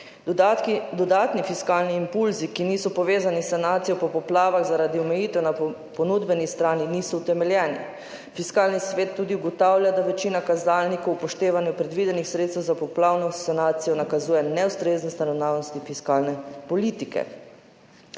Dodatni fiskalni impulzi, ki niso povezani s sanacijo po poplavah, zaradi omejitev na ponudbeni strani niso utemeljeni. Fiskalni svet tudi ugotavlja, da večina kazalnikov ob upoštevanju predvidenih sredstev za poplavno sanacijo nakazuje na neustreznost naravnanosti fiskalne politike.